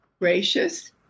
gracious